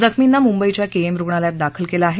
जखमींना मुंबईच्या केईएम रुग्णालयात दाखल केलं आहे